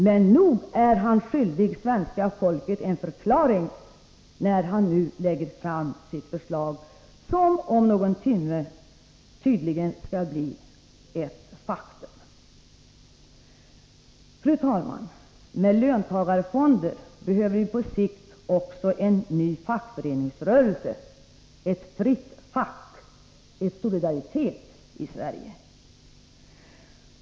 Men nog är han skyldig svenska folket en förklaring, när han nu lägger fram sitt fondförslag, som om någon timme tydligen skall bli ett faktum. Fru talman! Med löntagarfonder behöver vi på sikt också en ny fackföreningsrörelse, ett fritt fack, ett Solidaritet, i Sverige.